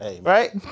right